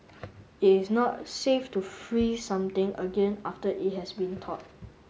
it is not safe to freeze something again after it has been thawed